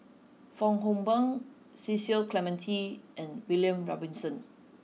Fong Hoe Beng Cecil Clementi and William Robinson